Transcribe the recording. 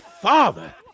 father